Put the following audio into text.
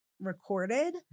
recorded